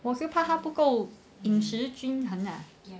我是怕他不够饮食均衡 ah